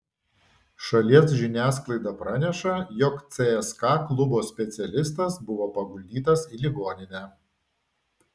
šalies žiniasklaida praneša jog cska klubo specialistas buvo paguldytas į ligoninę